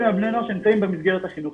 על בני נוער שנמצאים במסגרת החינוכית.